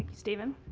steven.